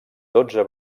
dotze